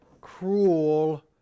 cruel